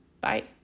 Bye